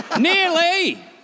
Nearly